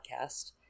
podcast